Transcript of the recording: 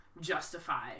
justify